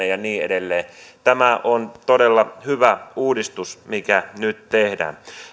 ja niin edelleen tämä on todella hyvä uudistus mikä nyt tehdään